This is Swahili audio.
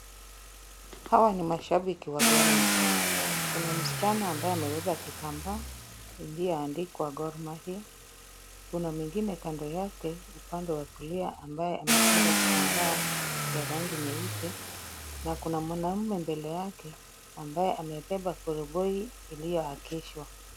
Hawa ni mashabiki wa Gor Mahia. Kuna msichana ambaye amebeba kitambaa iliyoandikwa Gor Mahia. Kuna mwingine kando yake upande wa kulia ambaye amefunga kitambaa ya rangi nyeupe na kuna mwanaume mbele yake ambaye amebeba koroboi iliyoakishwa.